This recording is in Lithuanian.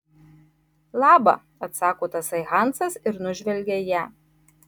laba atsako tasai hansas ir nužvelgia ją